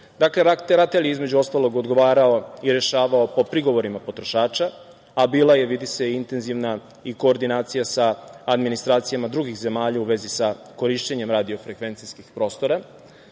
Dakle, RATEL je između ostalog odgovarao i rešavao po prigovorima potrošača, a bila je vidi se i intenzivna koordinacija sa administracijama drugih zemalja u vezi sa korišćenjem radiofrekvencijskih prostora,